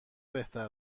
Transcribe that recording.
بهتر